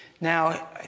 Now